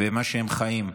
ומה שהם חיים,